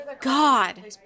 God